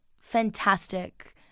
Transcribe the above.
fantastic